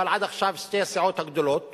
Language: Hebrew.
אבל עד עכשיו שתי הסיעות הגדולות